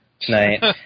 tonight